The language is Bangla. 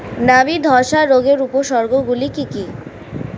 নাবি ধসা রোগের উপসর্গগুলি কি কি?